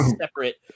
separate